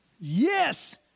Yes